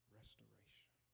restoration